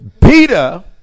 Peter